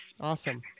Awesome